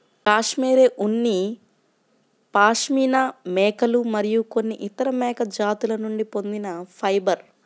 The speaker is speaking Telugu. కష్మెరె ఉన్ని పాష్మినా మేకలు మరియు కొన్ని ఇతర మేక జాతుల నుండి పొందిన ఫైబర్